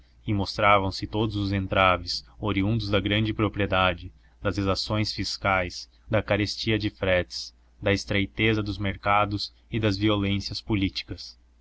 e mostravam-se todos os entraves oriundos da grande propriedade das exações fiscais da carestia de fretes da estreiteza dos mercados e das violências políticas